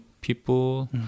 people